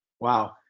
Wow